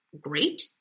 great